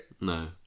No